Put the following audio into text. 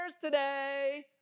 today